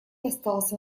остался